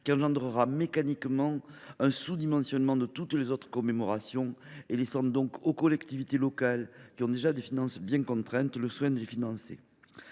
qui entraînera mécaniquement un sous dimensionnement de toutes les autres commémorations, laissant à des collectivités locales, aux finances pourtant déjà bien contraintes, le soin de les financer.